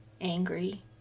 angry